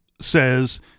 says